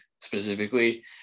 specifically